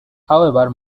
however